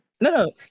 no